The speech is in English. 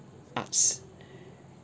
arts